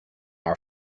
our